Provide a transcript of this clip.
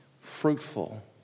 fruitful